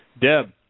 Deb